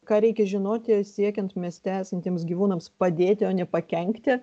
ką reikia žinoti siekiant mieste esantiems gyvūnams padėti o nepakenkti